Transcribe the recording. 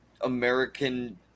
American